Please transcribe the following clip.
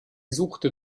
suchte